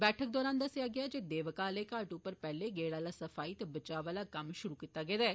बैठक दौरान दस्सेआ गेआ जे देविका आह्ले घाट उप्पर पैहले गेड़ आह्ला सफाई ते बचाव आह्ला कम्म शुरू कीता गेदा ऐ